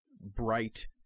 bright